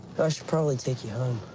i should probably take you